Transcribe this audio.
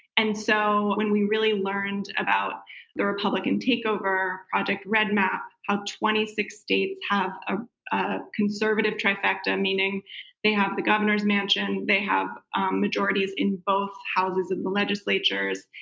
and so when we really learned about the republican takeover project red map, how twenty six states have ah a conservative trifecta, meaning they have the governor's mansion, they have um majorities in both houses of the legislature,